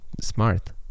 smart